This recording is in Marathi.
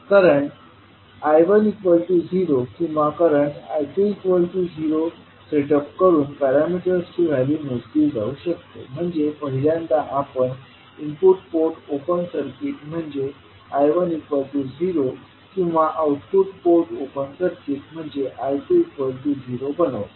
करंट I10 किंवा करंट I20 सेट अप करुन पॅरामीटर्सची व्हॅल्यू मोजली जाऊ शकते म्हणजे पहिल्यांदा आपण इनपुट पोर्ट ओपन सर्किट म्हणजे I1 0 किंवा आउटपुट पोर्ट ओपन सर्किट म्हणजे I2 0 बनवू